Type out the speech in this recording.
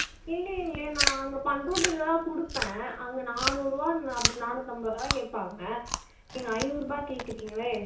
இல்லையிங்களே நான் அங்கே பண்ருட்டிலதா கொடுப்பேன் அங்கே நானுருபா அப்படி நானூத்து ஐம்பது ருபாதா கேட்பாங்க நீங்கள் ஐநூருபா கேட்குறிங்களே